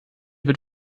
wird